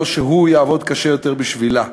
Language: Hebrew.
לא שהוא יעבוד יותר קשה בשבילה.